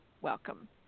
Welcome